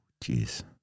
Jeez